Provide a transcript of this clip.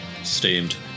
Steamed